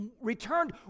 returned